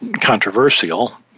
controversial